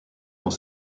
dans